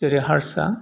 जेरै हारसा